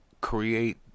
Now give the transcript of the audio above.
create